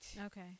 okay